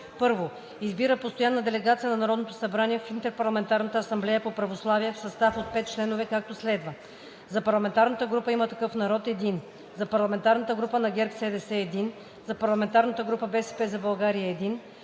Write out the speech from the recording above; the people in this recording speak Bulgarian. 1. Избира постоянна делегация на Народното събрание в Интерпарламентарната асамблея по православие в състав от 5 членове, както следва: - за парламентарната група на „Има такъв народ“ – 1; - за парламентарната група на ГЕРБ-СДС – 1; - за парламентарната група на „БСП за България“